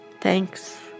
Thanks